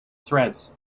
threads